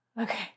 Okay